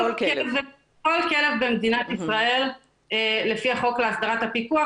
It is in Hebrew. כל כלב במדינת ישראל לפי החוק להסדרת הפיקוח,